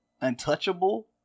untouchable